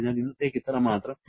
അതിനാൽ ഇന്നത്തേക്ക് ഇത്ര മാത്രം